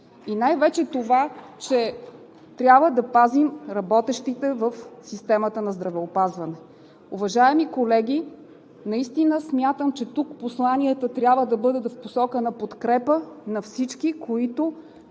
И най-вече това, че трябва да пазим работещите в системата на здравеопазването. Уважаеми колеги, смятам, че тук посланията трябва да бъдат в посока на подкрепа на всички, които